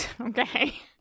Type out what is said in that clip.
Okay